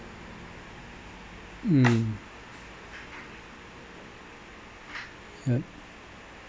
mm yup